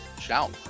shout